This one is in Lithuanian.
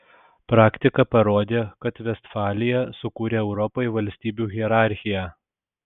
praktika parodė kad vestfalija sukūrė europai valstybių hierarchiją